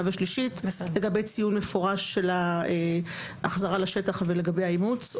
ושלישית לגבי ציון מפורש של ההחזרה לשטח ולגבי האימוץ.